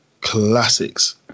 Classics